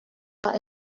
are